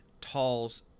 Tall's